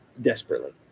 desperately